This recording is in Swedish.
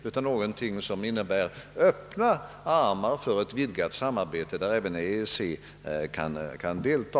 De måste innebära öppna armar för ett vidgat samarbete för friare handel där även EEC kan delta.